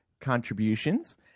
contributions